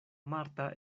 marta